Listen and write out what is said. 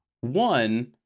one